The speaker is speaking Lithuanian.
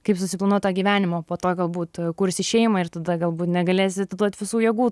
kaip susiplanuot tą gyvenimą po to galbūt kursi šeimą ir tada galbūt negalėsi atiduot visų jėgų